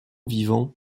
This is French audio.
vivants